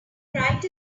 right